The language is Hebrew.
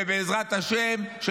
ובעזרת השם,